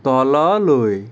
তললৈ